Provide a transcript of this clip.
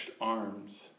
arms